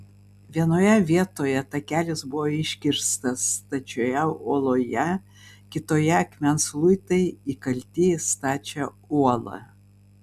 vienoje vietoje takelis buvo iškirstas stačioje uoloje kitoje akmens luitai įkalti į stačią uolą